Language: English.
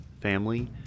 family